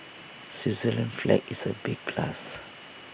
Switzerland's flag is A big plus